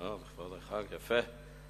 אה, לכבוד החג, יפה.